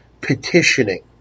petitioning